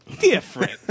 different